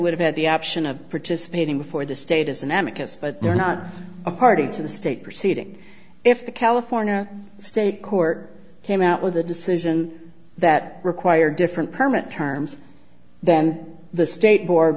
would have had the option of participating for the state as an advocate but they're not a party to the state proceeding if the california state court came out with a decision that require different permit terms then the state board